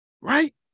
Right